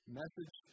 message